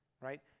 right